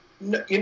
no